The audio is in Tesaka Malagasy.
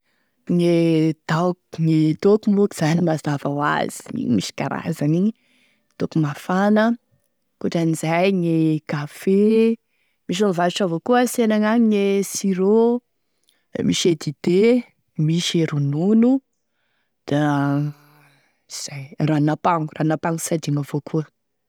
Gne taoky gne toaky moa koa zany mazava ho azy misy karazany iny, toaky mafana, ankoatran'izay gne kafe, misy avao koa mivarotry ansena agny gne sirop da misy e dite, da misy e ronono da zay, ranon'ampango, ranon'ampango sy adigno avao koa.